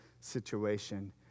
situation